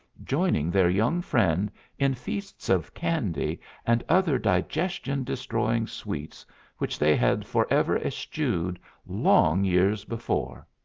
joining their young friend in feasts of candy and other digestion-destroying sweets which they had forever eschewed long years before.